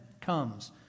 comes